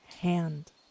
hand